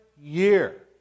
year